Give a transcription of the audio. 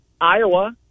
Iowa-